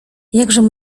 jakżeż